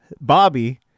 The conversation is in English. Bobby